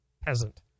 Peasant